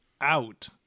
out